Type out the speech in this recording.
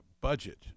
budget